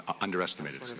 underestimated